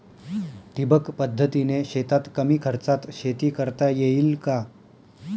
ठिबक पद्धतीने शेतात कमी खर्चात शेती करता येईल का?